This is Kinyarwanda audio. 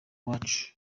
uwacu